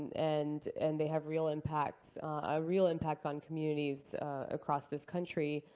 and and they have real impacts a real impact on communities across this country.